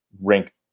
rank